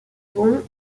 bon